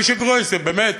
מוישה גרויס, באמת.